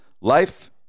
life